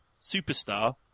Superstar